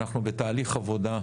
אנחנו בתהליך עבודה.